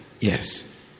Yes